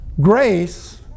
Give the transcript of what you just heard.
Grace